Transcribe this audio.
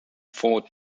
ford